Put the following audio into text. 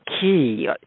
key